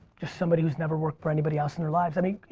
just somebody who's never worked for anybody else in their lives. i mean,